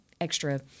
extra